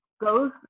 goes